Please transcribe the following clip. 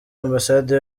ambasade